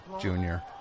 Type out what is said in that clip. Junior